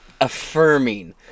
Affirming